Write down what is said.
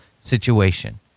situation